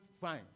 fine